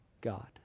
god